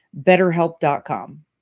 betterhelp.com